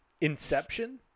Inception